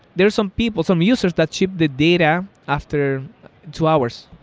there are some people, some users that ship the data after two hours,